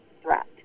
threat